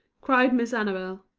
cried miss annabel.